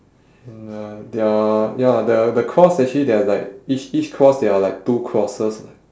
and the their ya the the cross actually there are like each each cross there are like two crosses